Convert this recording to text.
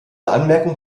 anmerkung